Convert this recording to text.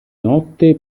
notte